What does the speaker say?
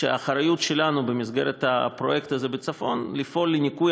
והאחריות שלנו במסגרת הפרויקט הזה בצפון לפעול לניקוי